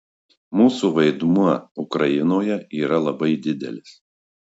mūsų vaidmuo ukrainoje yra labai didelis